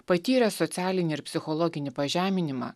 patyrę socialinį ir psichologinį pažeminimą